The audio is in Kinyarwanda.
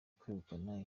kwegukana